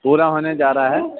پورا ہونے جا رہا ہے